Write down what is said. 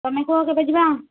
ତୁମେ କୁହ କେବେ ଯିବା